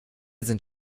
sind